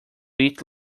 eat